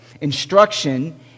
instruction